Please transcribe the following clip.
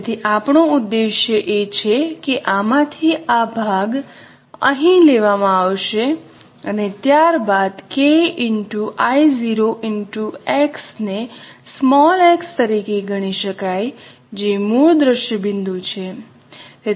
તેથી આપણું ઉદ્દેશ એ છે કે આમાંથી આ ભાગ અહીં લેવામાં આવશે અને ત્યારબાદ K I | 0 X ને x તરીકે ગણી શકાય જે મૂળ દ્રશ્ય બિંદુ છે